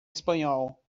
espanhol